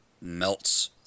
melts